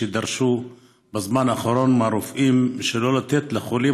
שדרשו בזמן האחרון מהרופאים שלא לתת לחולים